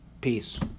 Peace